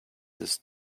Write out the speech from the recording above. this